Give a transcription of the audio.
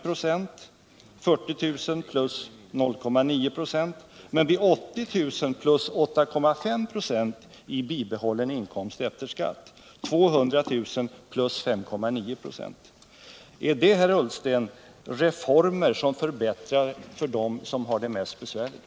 Den som har 40 000 får plus 0,9 26. Med 80 000 blir det plus 8,5 26 och med 200 000 blir det plus 5,9 26. Är det, Ola Ullsten, reformer som förbättrar för dem som har det mest besvärligt?